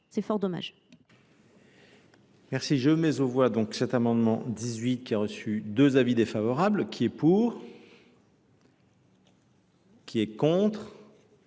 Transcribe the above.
C’est fort dommage